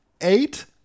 eight